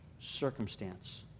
circumstance